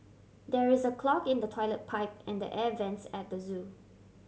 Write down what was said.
there is a clog in the toilet pipe and the air vents at the zoo